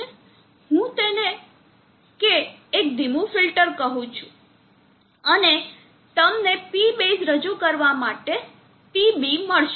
હું તેને કે એક ધીમું ફિલ્ટર કહું છું અને તમને P બેઝ રજૂ કરવા માટે PB મળશે